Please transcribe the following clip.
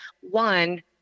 one